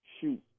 shoot